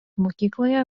mokykloje